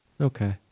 okay